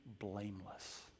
Blameless